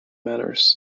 manors